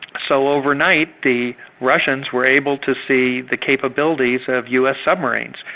so overnight, the russians were able to see the capabilities of us submarines,